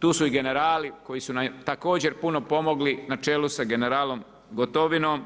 Tu su i generali koji su nam također puno pomogli na čelu sa generalom Gotovinom